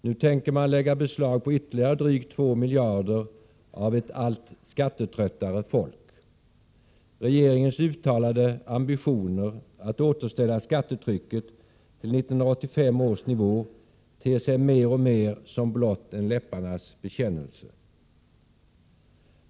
Nu tänker man lägga beslag på ytterligare drygt två miljarder av ett allt skattetröttare folk. Regeringens uttalade ambitioner att återställa skattetrycket till 1985 års nivå ter sig mer och mer som blott en läpparnas bekännelse.